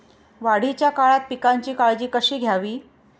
वाढीच्या काळात पिकांची काळजी कशी घ्यावी?